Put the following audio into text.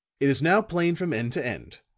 it is now plain from end to end.